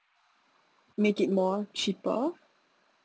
make it more cheaper